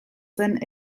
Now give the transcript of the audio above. zen